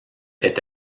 est